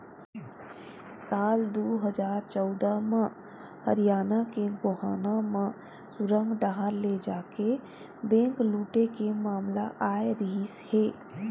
साल दू हजार चौदह म हरियाना के गोहाना म सुरंग डाहर ले जाके बेंक लूटे के मामला आए रिहिस हे